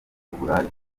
uburaya